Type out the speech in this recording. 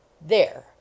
There